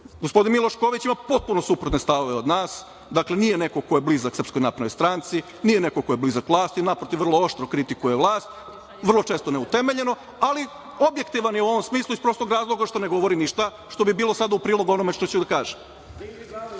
Gospodin Miloš Ković ima potpuno suprotne stavove od nas, dakle, nije neko ko je blizak SNS, nije neko ko je blizak vlasti, naprotiv vrlo oštro kritikuje vlast, vrlo često neutemeljeno, ali objektivan je u ovom smislu iz prostog razloga što ne govori ništa što bilo u prilog onome što ću da kažem. Kako